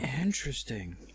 Interesting